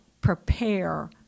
prepare